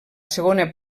segona